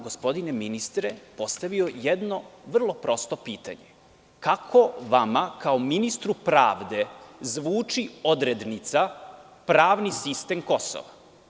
Gospodine ministre, postavio sam vam jedno vrlo prosto pitanje – kako vama kao ministru pravde zvuči odrednica „pravni sistem Kosova“